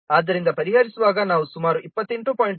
ಆದ್ದರಿಂದ ಪರಿಹರಿಸುವಾಗ ನಾವು ಸುಮಾರು 28